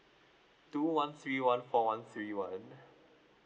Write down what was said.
two one three one four one three one